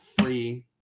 free